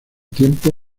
tiempo